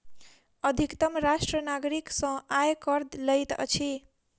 अधितम राष्ट्र नागरिक सॅ आय कर लैत अछि